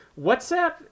WhatsApp